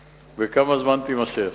2. כמה זמן תימשך?